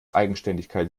eigenständigkeit